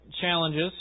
challenges